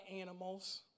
animals